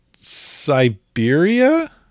Siberia